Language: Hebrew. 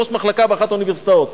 ראש מחלקה באחת האוניברסיטאות.